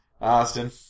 Austin